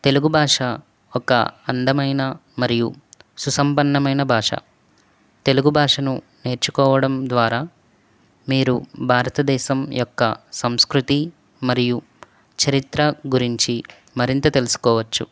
తెలుగు భాష ఒక అందమైన మరియు సుసంపన్నమైన భాష తెలుగు భాషను నేర్చుకోవడం ద్వారా మీరు భారత దేశం యొక్క సంస్కృతి మరియు చరిత్ర గురించి మరింత తెలుసుకోవచ్చు